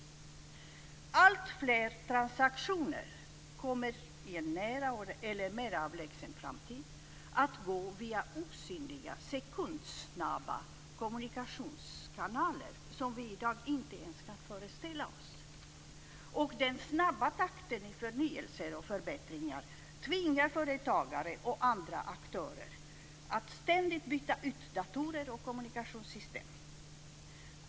Alltfler transaktioner kommer i nära eller mer avlägsen framtid att gå via osynliga sekundsnabba kommunikationskanaler som vi i dag inte ens kan föreställa oss. Den snabba takten i förnyelser och förbättringar tvingar företagare och andra aktörer att ständigt byta ut datorer och kommunikationssystem.